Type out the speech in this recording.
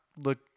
look